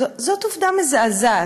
זאת עובדה מזעזעת,